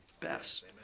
best